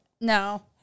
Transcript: No